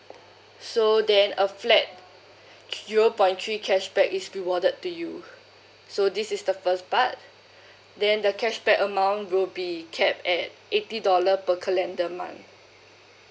so then a flat zero point three cashback is rewarded to you so this is the first part then the cashback amount will be capped at eighty dollar per calendar month